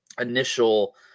initial